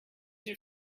your